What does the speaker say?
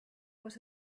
was